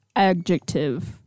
Adjective